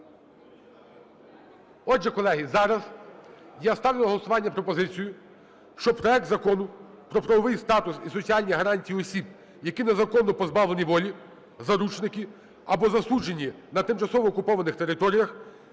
Отже, колеги, зараз я ставлю на голосування пропозицію, що проект Закону про правовий статус і соціальні гарантії осіб, які незаконно позбавлені волі, заручники, або засуджені на тимчасово окупованих територіях